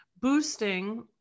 boosting